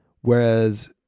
whereas